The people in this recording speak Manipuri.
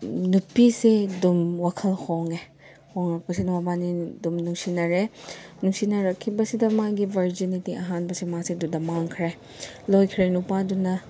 ꯅꯨꯄꯤꯁꯦ ꯑꯗꯨꯝ ꯋꯥꯈꯜ ꯍꯣꯡꯉꯦ ꯍꯣꯡꯉꯛꯄꯁꯤꯗ ꯃꯕꯥꯟꯅꯤ ꯑꯗꯨꯝ ꯅꯨꯡꯁꯤꯅꯔꯦ ꯅꯨꯡꯁꯤꯅꯔꯛꯈꯤꯕꯁꯤꯗ ꯃꯥꯒꯤ ꯕꯔꯖꯤꯅꯤꯇꯤ ꯑꯍꯥꯟꯕꯁꯦ ꯃꯥꯁꯦ ꯑꯗꯨꯗ ꯃꯥꯡꯈ꯭ꯔꯦ ꯂꯣꯏꯈ꯭ꯔꯦ ꯅꯨꯄꯥꯗꯨꯅ